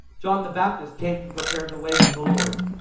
john the baptist came to prepare the way for the lord.